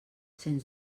sens